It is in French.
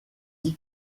dix